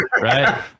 right